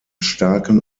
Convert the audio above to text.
starken